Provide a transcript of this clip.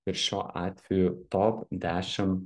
ir šiuo atveju top dešim